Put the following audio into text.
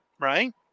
right